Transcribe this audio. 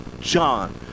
john